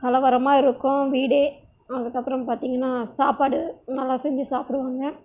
கலவரமாக இருக்கும் வீடே அதுக்கப்புறம் பார்த்திங்ன்னா சாப்பாடு நல்லா செஞ்சு சாப்பிடுவாங்க